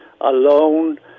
alone